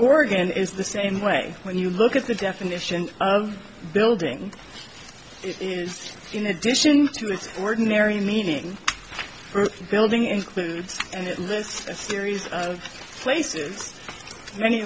oregon is the same way when you look at the definition of building it is in addition to its ordinary meaning building includes and it lists a series of places many